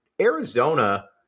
Arizona –